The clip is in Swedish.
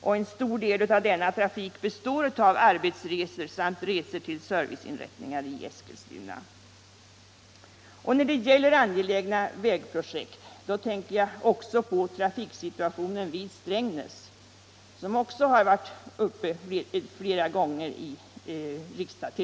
En betydande del av denna trafik består av arbetsresor samt resor till serviceinrättningar i Eskilstuna. När det gäller angelägna vägprojekt tänker jag vidare på trafiksituationen vid Strängnäs.